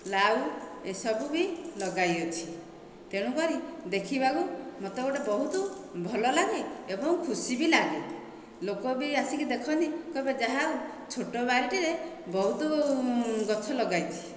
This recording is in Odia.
ଲାଉ ଏସବୁ ବି ଲଗାଇ ଅଛି ତେଣୁ କରି ଦେଖିବାକୁ ମୋତେ ଗୋଟିଏ ବହୁତ ଭଲ ଲାଗେ ଏବଂ ଖୁସି ବି ଲାଗେ ଲୋକ ବି ଆସିକି ଦେଖନ୍ତି କହିବେ ଯାହା ହେଉ ଛୋଟ ବାରିଟିରେ ବହୁତ ଗଛ ଲଗାଇଛି